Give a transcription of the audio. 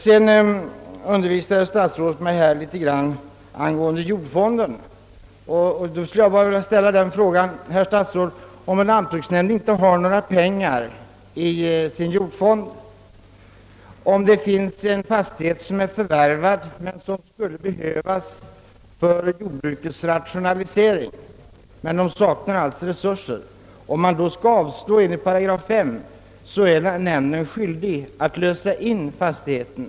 Statsrådet undervisade mig litet om jordfonden, och jag skulle med anledning därav vilja ställa en fråga till honom. Hur skall man göra om en lantbruksnämnd inte har några pengar i sin jordfond och om det finns en fastighet som är såld men som skulle behövas för jordbrukets rationalisering. Skall man då avslå förvärvet enl. 8 5 i jordförvärvslagen, är nämnden skyldig inlösa fastigheten.